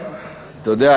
אתה יודע,